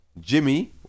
Jimmy